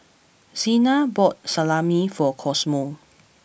Cena bought Salami for Cosmo